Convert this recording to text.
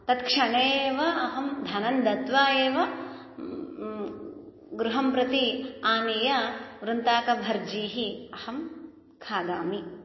तत्क्षणे एव अहं धनं दत्वा एव गृहं प्रति आनीय वृन्ताकभर्जीः अहं खादामि